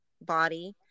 body